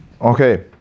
Okay